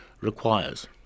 requires